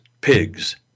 pigs